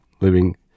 living